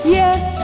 yes